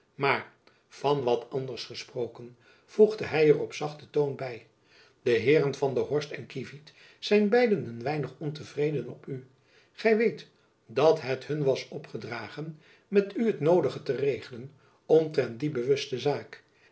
maar van wat anders gesproken voegde hy er op zachten toon bij de heeren van der horst en kievit zijn beiden een weinig ontevreden op u gy weet dat het hun was opgedragen met u het noodige te regelen omtrent die bewuste zaak